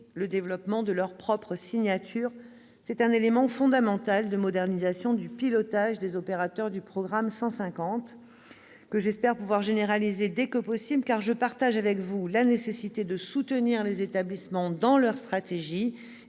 au développement de leur propre signature. C'est un élément fondamental de modernisation du pilotage des opérateurs du programme 150, et j'espère pouvoir le généraliser dès que possible. Comme vous, j'estime qu'il est nécessaire de soutenir les établissements dans leur stratégie,